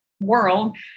world